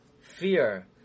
fear